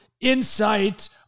insight